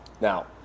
Now